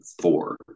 four